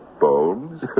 bones